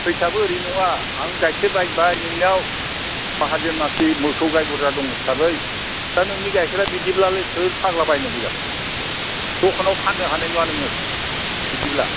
फैसायाबो ओरैनो नङा आं गाइखेर बायबाय नोंनियाव माहाजोन मानसि मोसौ गाय बुरजा दं हिसाबै दा नोंनि गाइखेरा बिदिब्लालाय सोर फाग्ला बायनांगौ जाखो दखानाव फाननो हानाय नङा नोङो बिदिब्ला